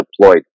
deployed